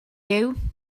you